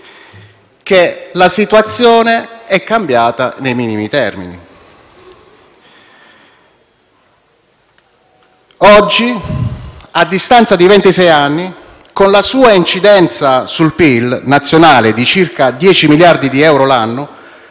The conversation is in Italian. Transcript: che la situazione è cambiata nei minimi termini. Oggi, a distanza di ventisei anni, con la sua incidenza sul PIL nazionale di circa 10 miliardi di euro l'anno,